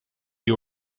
you